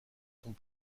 sont